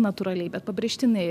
natūraliai bet pabrėžtinai